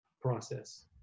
process